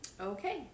Okay